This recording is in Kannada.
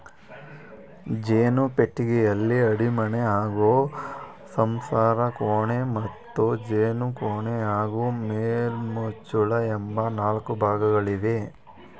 ಜೇನು ಪೆಟ್ಟಿಗೆಯಲ್ಲಿ ಅಡಿಮಣೆ ಹಾಗೂ ಸಂಸಾರಕೋಣೆ ಮತ್ತು ಜೇನುಕೋಣೆ ಹಾಗೂ ಮೇಲ್ಮುಚ್ಚಳ ಎಂಬ ನಾಲ್ಕು ಭಾಗಗಳಿವೆ